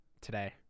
today